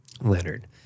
Leonard